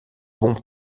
bons